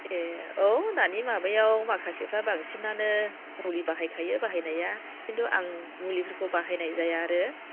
ए औ दानि माबायाव माखासेफोरा बांसिनानो मुलि बाहायखायो बाहायनाया खिन्थु आं मुलिफोरखौ बाहायनाय जाया आरो